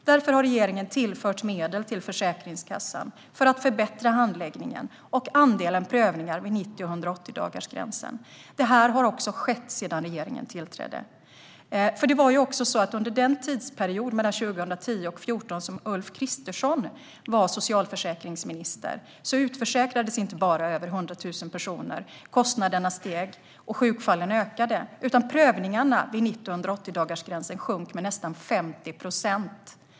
Regeringen har därför tillfört medel till Försäkringskassan för att förbättra handläggningen och andelen prövningar vid 90 och 180-dagarsgränserna. Så har också skett sedan regeringen tillträdde. Under en tidsperiod mellan 2010 och 2014, då Ulf Kristersson var socialförsäkringsminister, var det inte bara så att över 100 000 personer utförsäkrades, kostnaderna steg och sjukfallen ökade, utan prövningarna vid 90 och 180-dagarsgränserna sjönk också med nästan 50 procent.